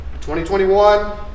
2021